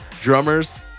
drummers